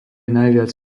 najviac